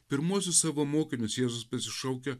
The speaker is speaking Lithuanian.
pirmuosius savo mokinius jėzus pasišaukia